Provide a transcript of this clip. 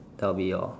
that'll be all